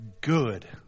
good